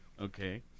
Okay